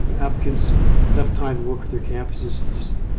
applicants enough time to work with their campuses. just,